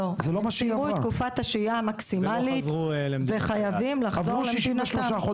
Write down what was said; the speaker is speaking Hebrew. הם סיימו את תקופת השהייה המקסימלית וחייבים לחזור למדינתם.